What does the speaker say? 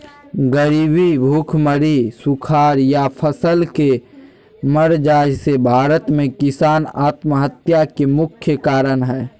गरीबी, भुखमरी, सुखाड़ या फसल के मर जाय से भारत में किसान आत्महत्या के मुख्य कारण हय